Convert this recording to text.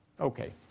Okay